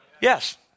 Yes